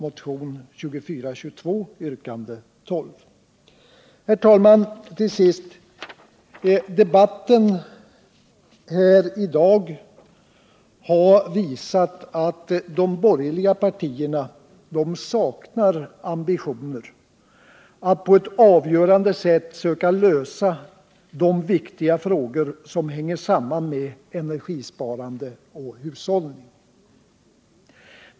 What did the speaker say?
Herr talman! Debatten i dag har visat att de borgerliga partierna saknar ambitioner att på ett avgörande sätt söka lösa de viktiga frågor som hänger samman med energisparande och hushållning.